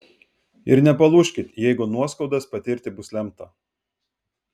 ir nepalūžkit jeigu nuoskaudas patirti bus lemta